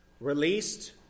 released